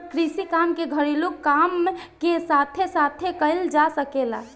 कृषि काम के घरेलू काम के साथे साथे कईल जा सकेला